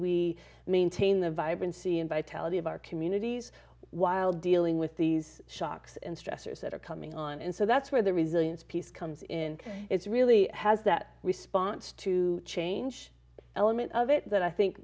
we maintain the vibrancy and vitality of our communities while dealing with these shocks and stressors that are coming on and so that's where the resilience piece comes in it's really has that response to change element of it that i think